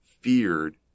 feared